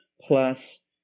plus